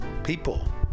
people